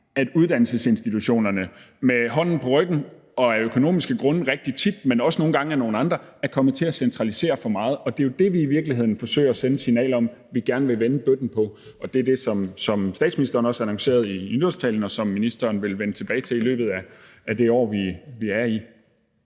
at uddannelsesinstitutionerne med hånden på ryggen og rigtig tit af økonomiske grunde, men nogle gange også af nogle andre grunde er kommet til at centralisere for meget. Det er jo det, vi i virkeligheden forsøger at sende et signal om, altså at vi gerne vil vende bøtten, og det er også det, som statsministeren annoncerede i nytårstalen, og som ministeren vil vende tilbage til i løbet af det år, vi er i.